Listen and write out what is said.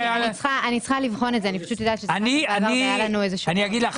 אני אגיד לך.